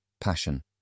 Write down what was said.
passion